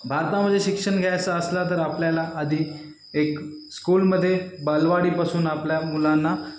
भारतामध्ये शिक्षण घ्यायचं असला तर आपल्याला आधी एक स्कूलमध्ये बालवाडीपासून आपल्या मुलांना